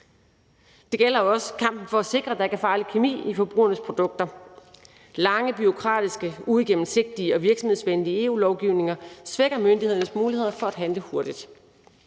Det gælder også kampen for at sikre, at der ikke er farlig kemi i forbrugernes produkter. Lange, bureaukratiske, uigennemsigtige og virksomhedsvenlige EU-lovgivninger svækker myndighedernes muligheder for at handle hurtigt.